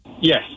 Yes